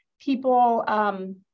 people